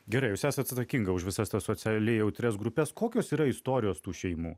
gerai jūs esat atsakinga už visas tas socialiai jautrias grupes kokios yra istorijos tų šeimų